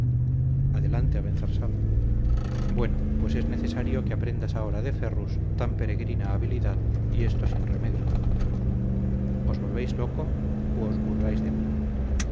provenza adelante abenzarsal bueno pues es necesario que aprendas ahora de ferrus tan peregrina habilidad y esto sin remedio os volvéis loco u os burláis de mí